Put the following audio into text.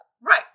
right